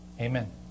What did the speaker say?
Amen